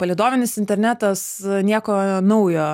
palydovinis internetas nieko naujo